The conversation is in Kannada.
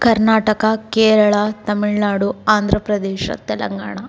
ಕರ್ನಾಟಕ ಕೇರಳ ತಮಿಳುನಾಡು ಆಂಧ್ರಪ್ರದೇಶ ತೆಲಂಗಾಣ